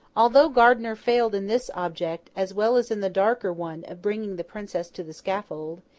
although gardiner failed in this object, as well as in the darker one of bringing the princess to the scaffold,